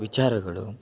ವಿಚಾರಗಳು